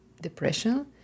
depression